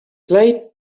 play